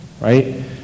right